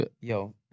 Yo